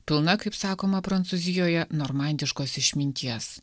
pilna kaip sakoma prancūzijoje normandiškos išminties